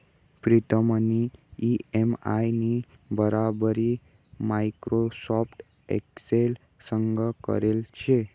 प्रीतमनी इ.एम.आय नी बराबरी माइक्रोसॉफ्ट एक्सेल संग करेल शे